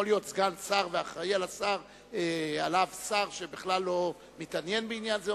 להיות סגן שר ואחראי לשר שלא מתעניין בעניין הזה?